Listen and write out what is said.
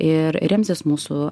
ir remsis mūsų